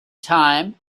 time